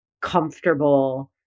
comfortable